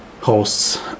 hosts